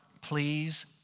please